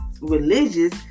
religious